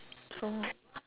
so